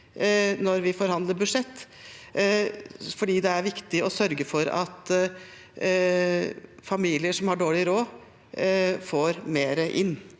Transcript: når vi har forhandlet budsjett, for det er viktig å sørge for at familier som har dårlig råd, får mer inn.